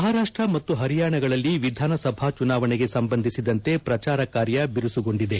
ಮಹಾರಾಷ್ಟ ಮತ್ತು ಪರಿಯಾಣಗಳಲ್ಲಿ ವಿಧಾನಸಭಾ ಚುನಾವಣೆಗೆ ಸಂಬಂಧಿಸಿದಂತೆ ಪ್ರಚಾರ ಕಾರ್ಯ ಬಿರುಸುಗೊಂಡಿದೆ